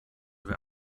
wer